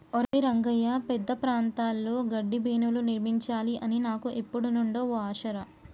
ఒరై రంగ పెద్ద ప్రాంతాల్లో గడ్డిబీనులు నిర్మించాలి అని నాకు ఎప్పుడు నుండో ఓ ఆశ రా